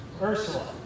Ursula